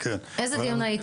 אני אומר: כל נושא הפריסה,